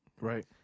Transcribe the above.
Right